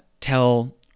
tell